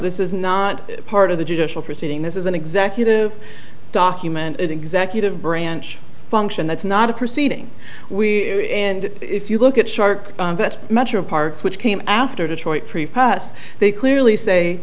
this is not part of the judicial proceeding this is an executive document an executive branch function that's not a proceeding we and if you look at shark metroparks which came after detroit free press they clearly say